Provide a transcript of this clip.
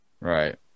Right